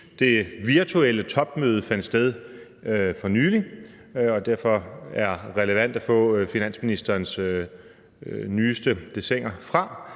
det virtuelle topmøde fandt sted for nylig og derfor er relevant at få finansministerens nyeste dessiner fra,